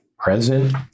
present